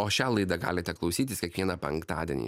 o šią laidą galite klausytis kiekvieną penktadienį